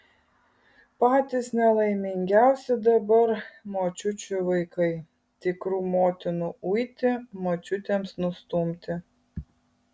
patys nelaimingiausi dabar močiučių vaikai tikrų motinų uiti močiutėms nustumti